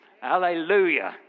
Hallelujah